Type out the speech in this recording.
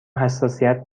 حساسیت